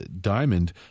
diamond